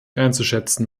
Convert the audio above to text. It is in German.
einzuschätzen